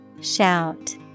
Shout